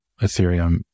Ethereum